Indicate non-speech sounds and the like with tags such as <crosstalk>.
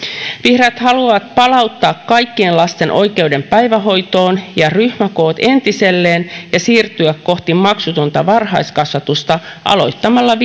vihreät haluavat palauttaa kaikkien lasten oikeuden päivähoitoon ja ryhmäkoot entiselleen ja siirtyä kohti maksutonta varhaiskasvatusta aloittamalla <unintelligible>